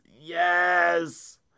yes